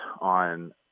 on